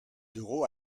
d’euros